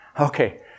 Okay